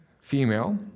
female